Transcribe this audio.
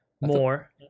more